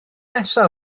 nesa